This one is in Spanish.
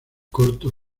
corto